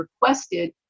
requested